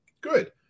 Good